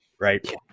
right